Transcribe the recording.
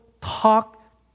talk